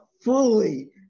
fully